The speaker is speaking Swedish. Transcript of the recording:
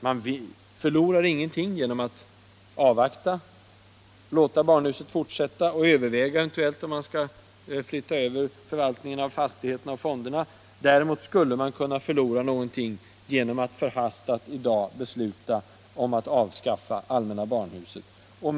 Man förlorar ingenting genom att avvakta och låta barnhuset fortsätta samt överväga om man eventuellt skall flytta över förvaltningen av fastigheterna och tomterna. Däremot skulle man kunna förlora någonting genom att i dag förhastat bestuta om att avskaffa allmänna barnhuset. Herr talman!